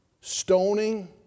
stoning